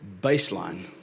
baseline